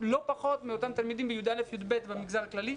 לא פחות מאותם תלמידים בכיתות י"א ו-י"ב במגזר הכללי.